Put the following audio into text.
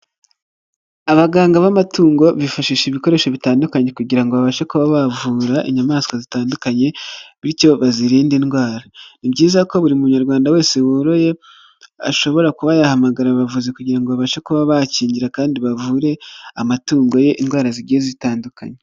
Abaganga b'amatungo, bifashisha ibikoresho bitandukanye kugira ngo babashe kuba bavura inyamaswa zitandukanye, bityo bazirindade indwara. Ni byiza ko buri munyarwanda wese woroye ashobora kubayahamagara abavuzi kugira ngo babashe kuba bakingira kandi bavure amatungo ye indwara zigiye zitandukanye.